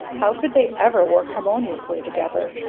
how could they ever work harmoniously together?